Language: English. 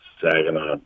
saginaw